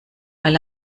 weil